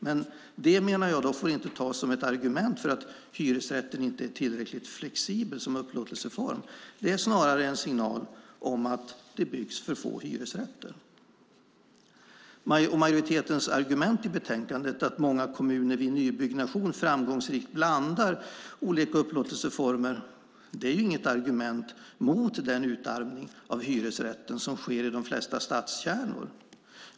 Men det, menar jag, får inte tas som ett argument för att hyresrätten inte är tillräckligt flexibel som upplåtelseform. Det är snarare en signal om att det byggs för få hyresrätter. Majoritetens argument i betänkandet att många kommuner vid nybyggnation framgångsrikt blandar olika upplåtelseformer är inget argument mot den utarmning av hyresrätten som sker i de flesta stadskärnor.